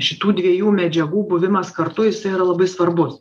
šitų dviejų medžiagų buvimas kartu jisai yra labai svarbus